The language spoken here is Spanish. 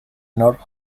north